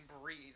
breathe